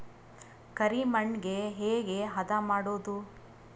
ಕರಿ ಮಣ್ಣಗೆ ಹೇಗೆ ಹದಾ ಮಾಡುದು?